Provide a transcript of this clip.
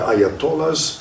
Ayatollahs